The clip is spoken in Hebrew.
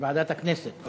ועדת הכנסת.